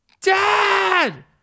Dad